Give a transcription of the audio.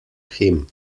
him